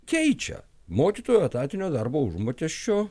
keičia mokytojų etatinio darbo užmokesčio